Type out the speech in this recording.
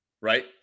right